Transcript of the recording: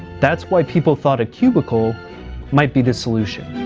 that's why people thought a cubicle might be the solution.